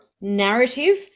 narrative